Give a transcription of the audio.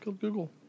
Google